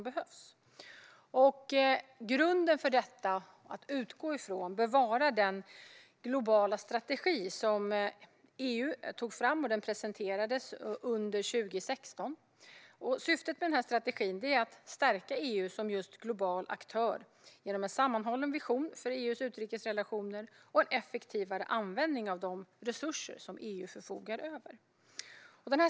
Den grund som man bör utgå ifrån är den globala strategi som EU tog fram och presenterade under 2016. Syftet med strategin är att stärka EU som global aktör, genom en sammanhållen vision för EU:s utrikesrelationer och en effektivare användning av de resurser som EU förfogar över.